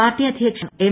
party അധ്യക്ഷൻ M